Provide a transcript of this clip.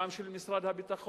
גם של משרד הביטחון,